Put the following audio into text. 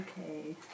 Okay